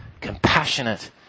compassionate